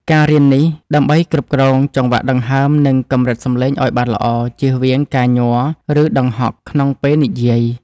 ការរៀននេះ ដើម្បីគ្រប់គ្រងចង្វាក់ដង្ហើម និងកម្រិតសំឡេងឱ្យបានល្អ ជៀសវាងការញ័រ ឬដង្ហក់ក្នុងពេលនិយាយ។